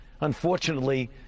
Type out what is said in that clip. unfortunately